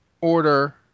order